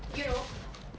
you know